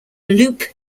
loop